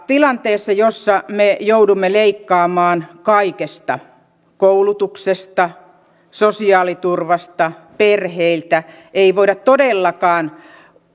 tilanteessa jossa me joudumme leikkaamaan kaikesta koulutuksesta sosiaaliturvasta perheiltä ei voida todellakaan